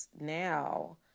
now